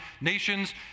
nations